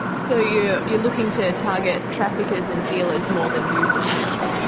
so yeah you're looking to target traffickers and dealers more than users now?